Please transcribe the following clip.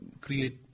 create